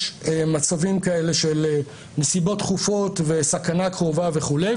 מצבים כאלה של נסיבות דחופות וסכנה קרובה וכולי,